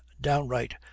downright